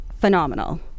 phenomenal